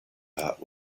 heart